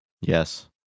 Yes